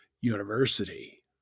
University